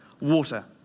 water